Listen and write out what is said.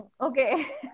Okay